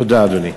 תודה, אדוני.